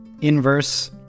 inverse